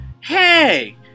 hey